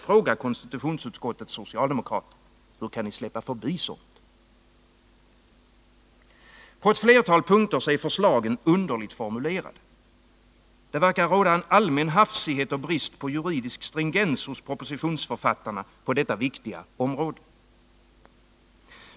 På ett flertal punkter är förslagen underligt formulerade. Det verkar råda en allmän hafsighet och brist på juridisk stringens hos propositionsförfattarna på detta viktiga område.